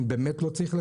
אני באמת לא צריך לחמם.